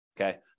okay